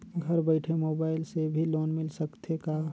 घर बइठे मोबाईल से भी लोन मिल सकथे का?